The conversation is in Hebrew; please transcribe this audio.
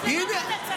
הינה,